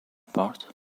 part